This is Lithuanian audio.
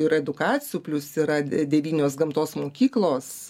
ir edukacijų plius yra devynios gamtos mokyklos